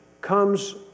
comes